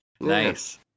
Nice